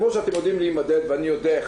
כמו שאתם יודעים להימדד ואני יודע איך